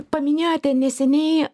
paminėjote neseniai